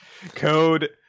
Code